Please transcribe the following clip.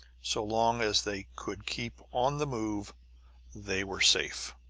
so long as they could keep on the move they were safe.